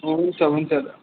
हुन्छ हुन्छ दादा